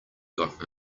got